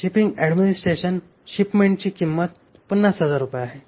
shipping administration शिपमेंटची किंमत 50000 रुपये आहे